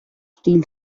steel